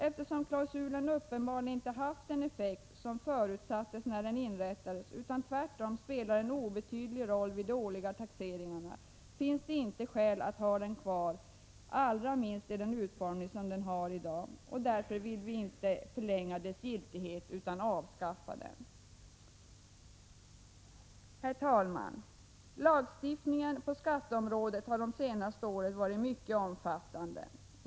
Eftersom klausulen uppenbarligen inte haft den effekt som förutsattes när den inrättades utan tvärtom spelar en obetydlig roll vid de årliga taxeringarna, finns det inte skäl att ha den kvar, allra minst i den utformning som den har i dag. Vi vill därför inte förlänga dess giltighet utan avskaffa den. t Herr talman! Lagstiftningen på skatteområdet har de senaste åren varit mycket omfattande.